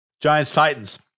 Giants-Titans